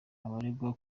abaregwa